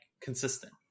consistent